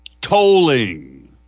Tolling